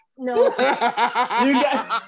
no